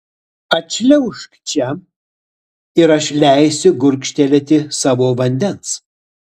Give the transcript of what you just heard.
atšliaužk čia ir aš leisiu gurkštelėti savo vandens